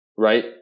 Right